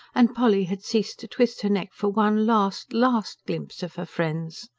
and polly had ceased to twist her neck for one last, last glimpse of her friends.